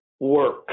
work